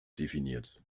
definiert